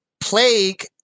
plague